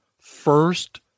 first